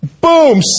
Boom